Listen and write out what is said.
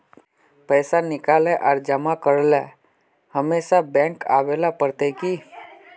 पैसा निकाले आर जमा करेला हमेशा बैंक आबेल पड़ते की?